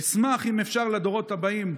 אשמח אם אפשר לדורות הבאים,